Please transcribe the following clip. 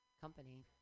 company